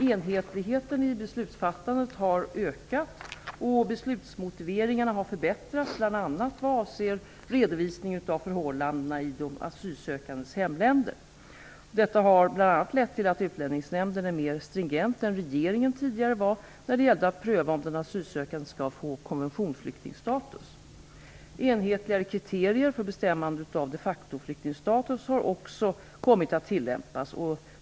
Enhetligheten i beslutsfattandet har ökat, och beslutsmotiveringarna har förbättrats bl.a. vad avser redovisningen av förhållandena i de asylsökandes hemländer. Detta har bl.a. lett till att Utlänningsnämnden är mer stringent än regeringen tidigare var när det gäller att pröva om den asylsökande skall få konventionsflyktingstatus. Enhetligare kriterier för bestämmande av de factoflyktingstatus har också kommit att tillämpas.